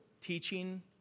teaching